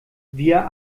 wir